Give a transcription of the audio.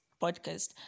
podcast